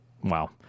Wow